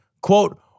quote